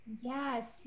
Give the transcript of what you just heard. Yes